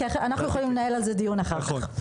אנחנו יכולים לנהל על זה דיון אחר כך.